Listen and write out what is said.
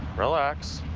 relax.